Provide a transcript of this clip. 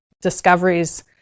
discoveries